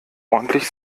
ordentlich